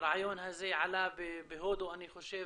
הרעיון הזה עלה בהודו, אני חושב,